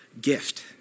gift